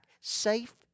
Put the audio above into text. safe